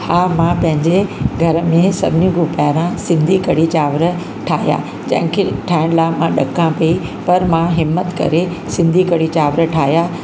हा मां पंहिंजे घर में सभिनी खां पहिरां सिंधी कढ़ी चांवर ठाहियां जंहिंखें ठाहिण लाइ मां डकां पई पर मां हिमत करे सिंधी कढ़ी चांवर ठाहियां